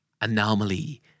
Anomaly